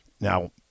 Now